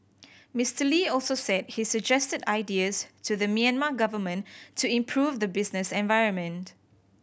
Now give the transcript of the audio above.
Mister Lee also said he suggested ideas to the Myanmar government to improve the business environment